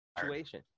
situation